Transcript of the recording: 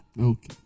Okay